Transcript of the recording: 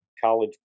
College